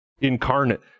incarnate